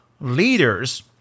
leaders